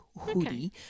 hoodie